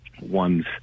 one's